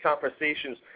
conversations